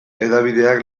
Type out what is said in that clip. hedabideak